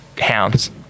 hounds